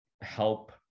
help